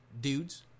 dudes